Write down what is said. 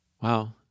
Wow